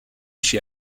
chez